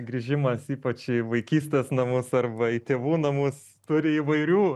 grįžimas ypač į vaikystės namus arba į tėvų namus turi įvairių